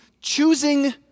choosing